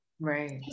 right